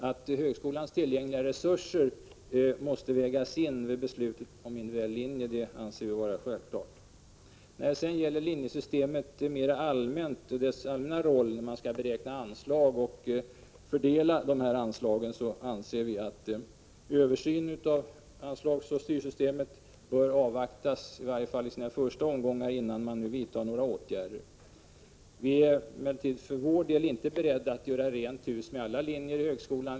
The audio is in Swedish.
Att högskolans tillgängliga resurser måste vägas in vid beslutet om individuella linjer anser vi vara självklart. När det gäller linjesystemet och dess allmänna roll vid beräkning och fördelning av anslag anser vi att översynen av anslagsoch styrsystemet bör avvaktas, i varje fall de första omgångarna, innan man vidtar några åtgärder. Vi är emellertid för vår del inte beredda att göra rent hus med alla linjer i högskolan.